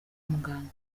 muganga